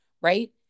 right